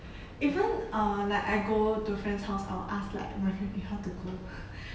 even uh like I go to friends house I'll ask like roughly how to go